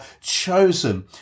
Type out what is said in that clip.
chosen